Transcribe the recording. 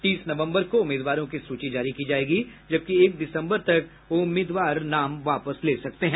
तीस नवम्बर को उम्मीदवारों की सूची जारी की जायेगी जबकि एक दिसम्बर तक उम्मीदवार नाम वापस ले सकते हैं